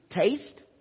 taste